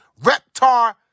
Reptar